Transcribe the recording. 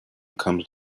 comes